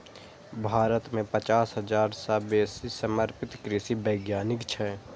भारत मे पचास हजार सं बेसी समर्पित कृषि वैज्ञानिक छै